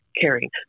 caring